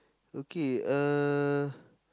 okay uh